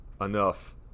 enough